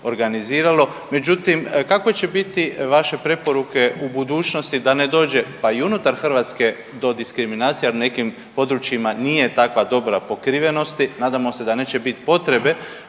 organiziralo, međutim kakve će biti vaše preporuke u budućnosti da ne dođe pa i unutar Hrvatske do diskriminacije jer na nekim područjima nije takva dobra pokrivenosti, nadamo se da neće biti potrebe